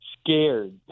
scared